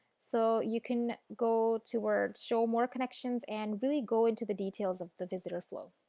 so you can go towards show more connections and really go into the details of the visitors flow.